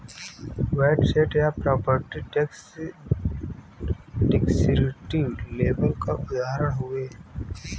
VAT सैट या property tax descriptive labels क उदाहरण हउवे